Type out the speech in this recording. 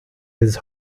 his